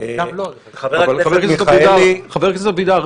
--- חבר הכנסת אבידר,